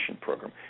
Program